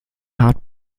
hart